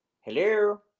Hello